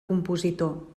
compositor